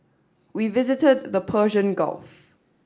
we visited the Persian Gulf